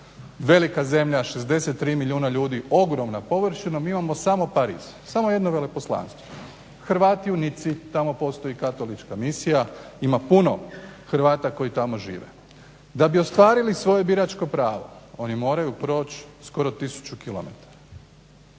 Velika zemlja, 63 milijuna ljudi, ogromna površina, mi imamo samo Pariz, samo jedno veleposlanstvo. Hrvati u Nici, tamo postoji katolička misija, ima puno Hrvata koji tamo žive. da bi ostvarili svoje biračko pravo oni moraju proći skoro 1000 km.